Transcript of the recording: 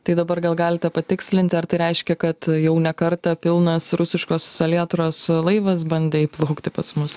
tai dabar gal galite patikslinti ar tai reiškia kad jau ne kartą pilnas rusiškos salietros laivas bandė įplaukti pas mus